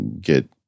get